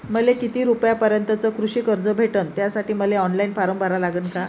मले किती रूपयापर्यंतचं कृषी कर्ज भेटन, त्यासाठी मले ऑनलाईन फारम भरा लागन का?